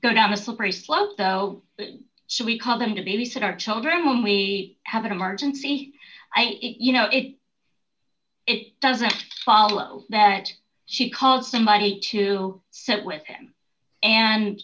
go down a slippery slope though so we call them to babysit our children when we have an emergency you know it it doesn't follow that she called somebody to set with him and